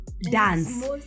dance